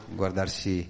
guardarsi